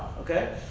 Okay